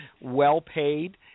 well-paid